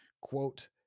Quote